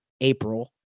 April